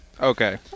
okay